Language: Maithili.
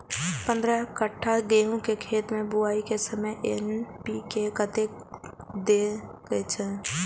पंद्रह कट्ठा गेहूं के खेत मे बुआई के समय एन.पी.के कतेक दे के छे?